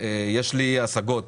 יש לי השגות